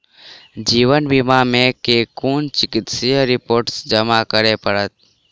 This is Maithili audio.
जीवन बीमा मे केँ कुन चिकित्सीय रिपोर्टस जमा करै पड़त?